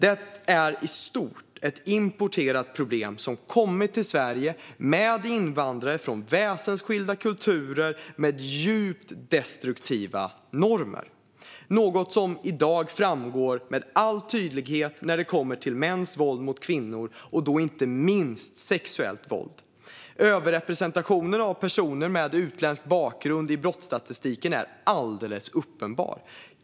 Det är i stort ett importerat problem som kommit till Sverige med invandrare från väsensskilda kulturer med djupt destruktiva normer, något som i dag framgår med all tydlighet när det kommer till mäns våld mot kvinnor, och då inte minst sexuellt våld. Överrepresentationen av personer med utländsk bakgrund i brottsstatistiken är alldeles uppenbar.